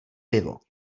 pivo